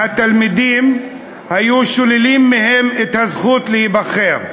מהתלמידים היו שוללים מהם את הזכות להיבחר,